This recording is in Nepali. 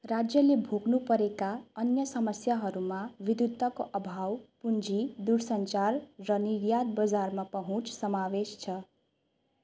राज्यले भोग्नुपरेका अन्य समस्याहरूमा विद्युतको अभाव पुँजी दूरसञ्चार र निर्यात बजारमा पहुँच समावेश छ